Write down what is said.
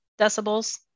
decibels